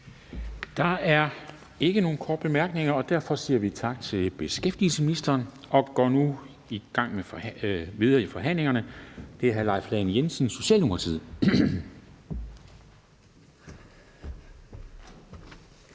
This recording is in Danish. Der er ikke nogen korte bemærkninger. Derfor siger vi tak til beskæftigelsesministeren. Vi går nu videre i forhandlingen, og det er hr. Leif Lahn Jensen, Socialdemokratiet,